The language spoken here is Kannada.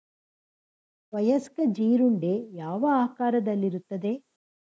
ವಯಸ್ಕ ಜೀರುಂಡೆ ಯಾವ ಆಕಾರದಲ್ಲಿರುತ್ತದೆ?